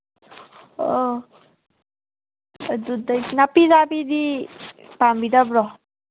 ꯑꯥ ꯑꯗꯨꯗꯒꯤ ꯅꯥꯄꯤ ꯆꯥꯕꯤꯗꯤ ꯄꯥꯝꯕꯤꯗꯕ꯭ꯔꯣ